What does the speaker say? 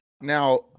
now